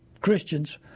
Christians